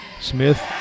Smith